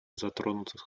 затронутых